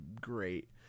great